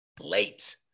late